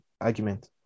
argument